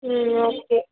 ಹ್ಞೂ ಓಕೆ